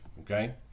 Okay